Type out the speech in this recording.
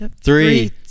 Three